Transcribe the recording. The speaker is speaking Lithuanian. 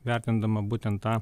vertindama būtent tą